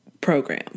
program